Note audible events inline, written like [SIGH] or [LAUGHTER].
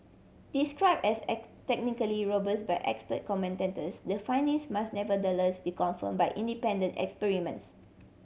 describe as [UNINTELLIGIBLE] technically robust by expert commentators the findings must nevertheless be confirm by independent experiments